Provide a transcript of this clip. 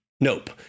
Nope